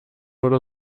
oder